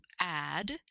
add